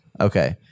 okay